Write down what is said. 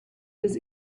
was